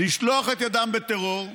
לשלוח את ידם בטרור.